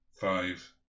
Five